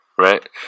right